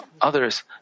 others